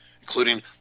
including